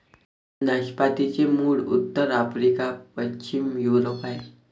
नाशपातीचे मूळ उत्तर आफ्रिका, पश्चिम युरोप आहे